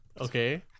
Okay